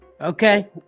Okay